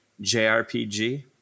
JRPG